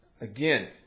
again